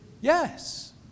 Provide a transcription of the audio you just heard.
yes